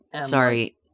Sorry